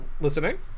listening